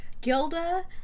Gilda